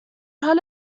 حال